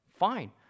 fine